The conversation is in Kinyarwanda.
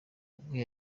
umwe